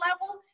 level